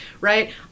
right